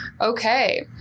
Okay